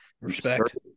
Respect